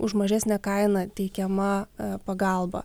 už mažesnę kainą teikiama pagalba